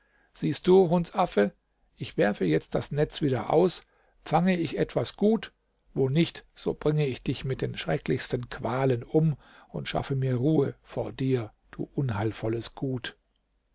siehst du hundsaffe ich werfe jetzt das netz wieder aus fange ich etwas gut wo nicht so bringe ich dich mit den schrecklichsten qualen um und schaffe mir ruhe vor dir du unheilvolles gut